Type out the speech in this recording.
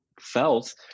felt